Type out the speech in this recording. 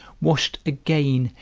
washed again,